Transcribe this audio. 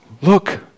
look